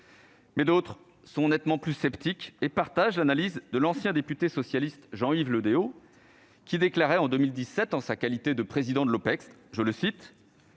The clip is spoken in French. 2050. D'autres sont nettement plus sceptiques et partagent l'analyse de l'ancien député socialiste Jean-Yves Le Déaut, qui déclarait en 2017, en sa qualité de président de l'Opecst